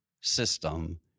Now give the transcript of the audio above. system